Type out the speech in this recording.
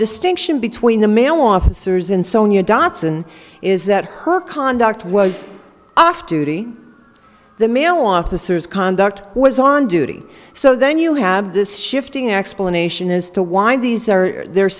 distinction between the male officers in sonia dotson is that her conduct was off duty the male officers conduct was on duty so then you have this shifting explanation as to why these are there